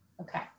Okay